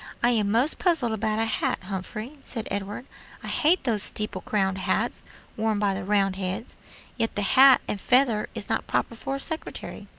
i am most puzzled about a hat, humphrey, said edward i hate those steeple-crowned hats worn by the roundheads yet the hat and feather is not proper for a secretary.